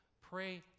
pray